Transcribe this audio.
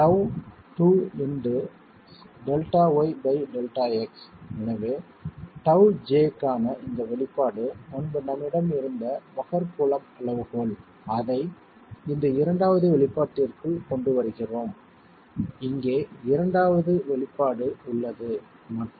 எனவே τj க்கான இந்த வெளிப்பாடு முன்பு நம்மிடம் இருந்த மொஹர் கூலம்ப் அளவுகோல் அதை இந்த வெளிப்பாட்டிற்குள் கொண்டு வருகிறோம் இங்கே இரண்டாவது வெளிப்பாடு உள்ளது மற்றும்